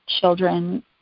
children